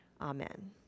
Amen